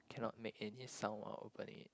cannot make any sound while opening it